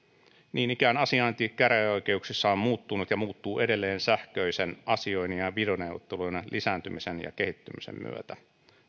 niin ikään asiointi käräjäoikeuksissa on muuttunut ja muuttuu edelleen sähköisen asioinnin ja videoneuvottelujen lisääntymisen ja kehittymisen myötä